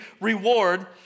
reward